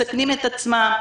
מסכנים את עצמם,